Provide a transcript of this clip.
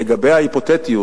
לגבי ההיפותטיות.